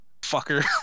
Fucker